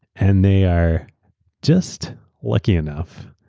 and they are just lucky enough.